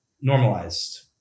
normalized